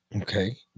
Okay